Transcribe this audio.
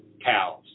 cows